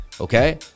Okay